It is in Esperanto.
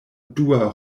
dua